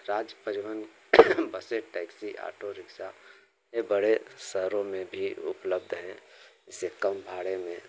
राज्य परिवहन बसें टैक्सी ऑटो रिक्सा ये बड़े शहरों में भी उपलब्ध हैं इस कम भाड़े में